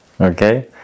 Okay